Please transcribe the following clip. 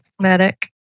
Medic